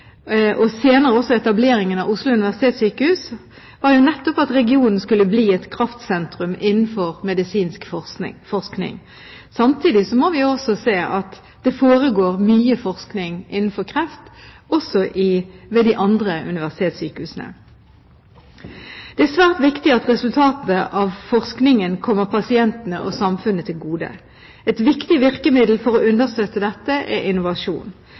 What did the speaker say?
og senere også etableringen av Oslo universitetssykehus – var jo nettopp at regionen skulle bli et kraftsentrum innenfor medisinsk forskning. Samtidig må vi se at det foregår mye forskning innenfor kreftområdet også ved de andre universitetssykehusene. Det er svært viktig at resultatet av forskningen kommer pasientene og samfunnet til gode. Et viktig virkemiddel for å understøtte dette er innovasjon.